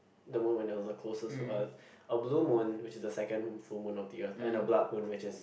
the moment when it was the closest to us a blue moon which is the second full moon of the Earth and a blood moon which is